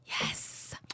Yes